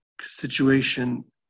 situation